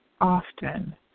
often